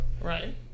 Right